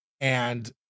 And-